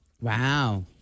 wow